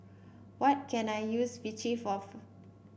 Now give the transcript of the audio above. what can I use Vichy for